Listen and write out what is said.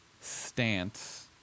stance